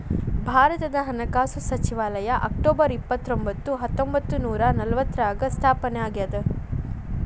ಭಾರತದ ಹಣಕಾಸು ಸಚಿವಾಲಯ ಅಕ್ಟೊಬರ್ ಇಪ್ಪತ್ತರೊಂಬತ್ತು ಹತ್ತೊಂಬತ್ತ ನೂರ ನಲವತ್ತಾರ್ರಾಗ ಸ್ಥಾಪನೆ ಆಗ್ಯಾದ